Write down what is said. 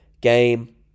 game